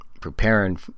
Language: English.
preparing